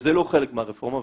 וזה לא חלק מהרפורמה,